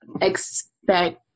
expect